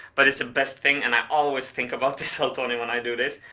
but it's the best thing and i always think about this old tony when i do this.